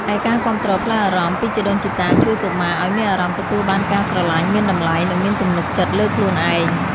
ឯការគាំទ្រផ្លូវអារម្មណ៍ពីជីដូនជីតាជួយកុមារឱ្យមានអារម្មណ៍ទទួលបានការស្រឡាញ់ មានតម្លៃ និងមានទំនុកចិត្តលើខ្លួនឯង។